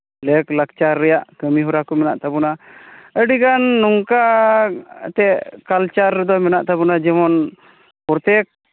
ᱞᱮᱠᱼᱞᱟᱠᱪᱟᱨ ᱨᱮᱭᱟᱜ ᱠᱟᱹᱢᱤᱦᱚᱨᱟ ᱠᱚ ᱢᱮᱱᱟᱜ ᱛᱟᱵᱚᱱᱟ ᱟᱹᱰᱤᱜᱟᱱ ᱱᱚᱝᱠᱟ ᱮᱱᱛᱮᱜ ᱠᱟᱞᱪᱟᱨ ᱫᱚ ᱢᱮᱱᱟᱜ ᱛᱟᱵᱚᱱᱟ ᱡᱮᱢᱚᱱ ᱯᱨᱚᱛᱛᱮᱠ